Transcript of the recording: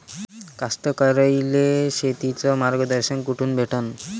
कास्तकाराइले शेतीचं मार्गदर्शन कुठून भेटन?